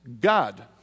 God